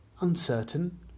uncertain